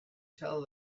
tell